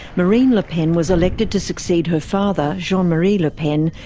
marine le pen was elected to succeed her father, jean-marie le pen,